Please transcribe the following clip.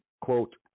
quote